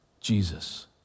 Jesus